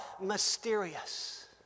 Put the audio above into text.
mysterious